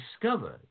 discovered